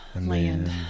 Land